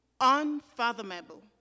Unfathomable